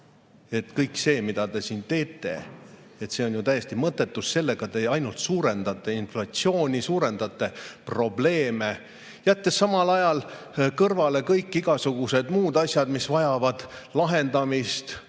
et kõik see, mida te siin teete, on täiesti mõttetu. Sellega te ainult suurendate inflatsiooni, suurendate probleeme, jättes samal ajal kõrvale kõik igasugused muud asjad, mis vajavad lahendamist: